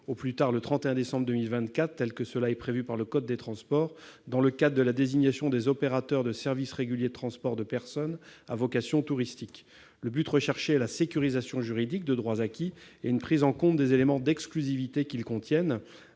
au plus tard le 31 décembre 2024, comme le prévoit le code des transports, dans le cadre de la désignation des opérateurs de services réguliers de transports de personnes à vocation touristique. Le but recherché est la sécurisation juridique de droits acquis et une prise en compte des éléments d'exclusivité qu'ils contiennent.